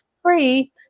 free